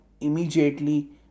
immediately